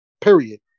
Period